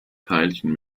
teilchen